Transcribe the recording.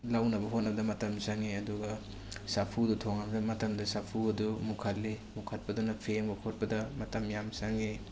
ꯂꯧꯅꯕ ꯍꯣꯠꯅꯕꯗ ꯃꯇꯝ ꯆꯪꯉꯤ ꯑꯗꯨꯒ ꯆꯐꯨꯗ ꯊꯣꯡꯉꯃꯤꯅ ꯃꯇꯝꯗꯨ ꯆꯐꯨ ꯑꯗꯨ ꯃꯨꯈꯠꯂꯤ ꯃꯨꯈꯠꯄꯗꯨꯅ ꯐꯦꯡꯕ ꯈꯣꯠꯄꯗ ꯃꯇꯝ ꯌꯥꯝ ꯆꯪꯏ